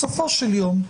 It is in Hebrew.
בסופו של יום,